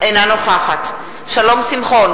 אינה נוכחת שלום שמחון,